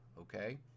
okay